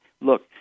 Look